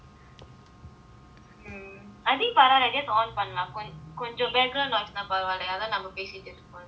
um I think saravanan call பண்ணலாம் கொஞ்சம்:pannalaam konjam background noise வராம பேசிட்டு இருப்போம்:varaama pesittu iruppom